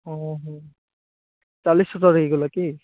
ଓହୋ ଚାଲିଶ ହଜାର ହେଇଗଲା କି